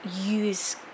use